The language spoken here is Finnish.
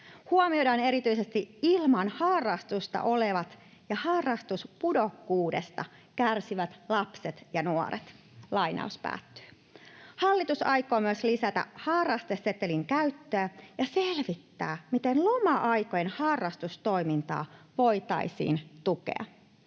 Huomioidaan erityisesti ilman harrastusta olevat ja harrastuspudokkuudesta kärsivät lapset ja nuoret." Hallitus aikoo myös lisätä harrastesetelin käyttöä ja selvittää, miten loma-aikojen harrastustoimintaa voitaisiin tukea.